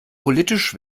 politisch